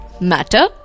matter